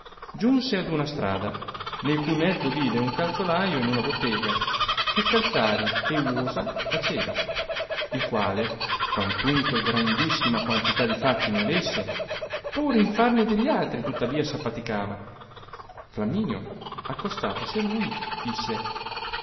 giunse ad una strada nel cui mezzo vide un calzolaio in una bottega che calzari e uosa faceva il quale quantunque grandissima quantità di fatti ne avesse pur in farne degli altri tuttavia s affaticava fiamminio accostatosi a lui disse